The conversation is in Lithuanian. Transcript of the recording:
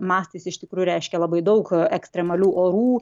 mastais iš tikrųjų reiškia labai daug ekstremalių orų